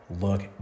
look